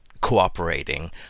cooperating